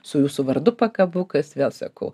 su jūsų vardu pakabukas vėl sakau